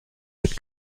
mit